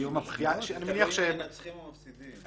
תלוי אם הם מנצחים או מפסידים.